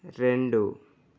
రెండు